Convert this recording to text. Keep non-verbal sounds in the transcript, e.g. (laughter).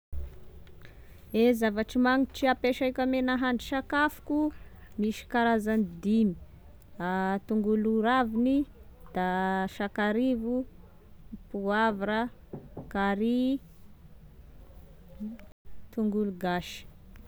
E zavatry magnitry apesaiko ame nahandro sakafoko, misy karazany dimy: (hesitation) tongolo raviny, da sakarivo, poavra, carry, (hesitation) tongolo gasy.